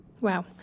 Wow